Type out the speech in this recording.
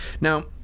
Now